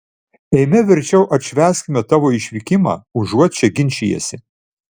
eime verčiau atšvęskime tavo išvykimą užuot čia ginčijęsi